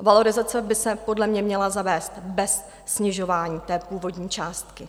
Valorizace by se podle mě měla zavést bez snižování té původní částky.